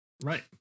right